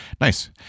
nice